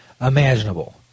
imaginable